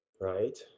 right